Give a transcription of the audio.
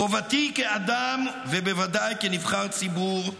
חובתי כאדם, ובוודאי כנבחר ציבור,